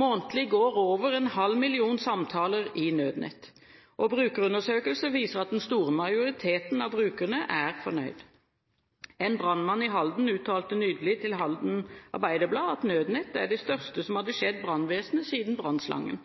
Månedlig går det over en halv million samtaler i Nødnett. Brukerundersøkelser viser at den store majoriteten av brukerne er fornøyde. En brannmann i Halden uttalte nylig til Halden Arbeiderblad at Nødnett er det største som har skjedd brannvesenet siden brannslangen.